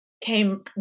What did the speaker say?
came